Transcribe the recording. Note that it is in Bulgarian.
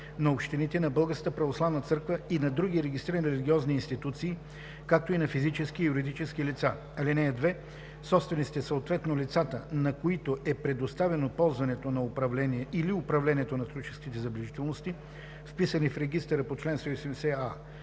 на общините, на Българската православна църква и на други регистрирани религиозни институции, както и на физически и юридически лица. (2) Собствениците, съответно лицата, на които е предоставено ползването на управление или управлението на туристическите забележителности, вписани в регистъра по чл.